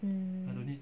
mm